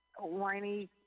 whiny